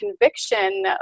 conviction